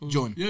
John